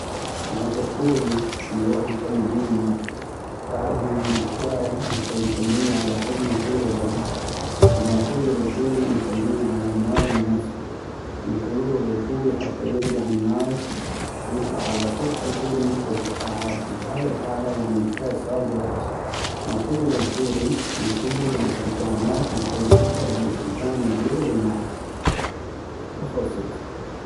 ناخذ قوري ونغوح نخلي بينو ماي ، بعدها نجيب الچاي ونخلي كمية على حجم القوري العدنا ، وناخذو للقوري ونخلينو على ناغ مناسبي، ننتظرو للقوري حتى يغلي عالناغ ويطلع على سطح القوري مثل الفقاعات ، بهاي الحالة يعني الچاي صاغ جاهز ، ناخذو للقوري ونصبو بالاستكانات ونخلي شكر بالاستكان ونديغو بالمعلقة وخلصت.